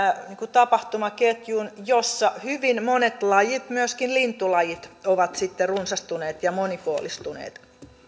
tapahtumaketjun jossa hyvin monet lajit myöskin lintulajit ovat sitten run sastuneet ja monipuolistuneet